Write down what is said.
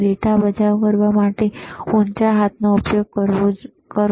data બચાવ કરવા માટે ઊંચા હાથનો ઉપયોગ કરો